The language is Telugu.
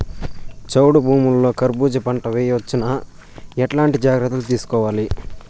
చౌడు భూముల్లో కర్బూజ పంట వేయవచ్చు నా? ఎట్లాంటి జాగ్రత్తలు తీసుకోవాలి?